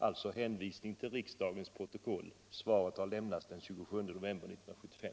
Jag hänvisar alltså till riksdagens protokoll den 27 november 1975.